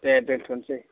दे दोनथ'नोसै